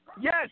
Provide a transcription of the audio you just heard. yes